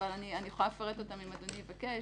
ואני יכולה לפרט אותן אם אדוני יבקש,